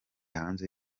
hanze